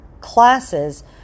classes